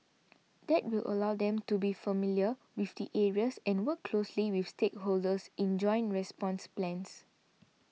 that will allow them to be familiar with the areas and work closely with stakeholders in joint response plans